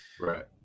Right